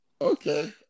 Okay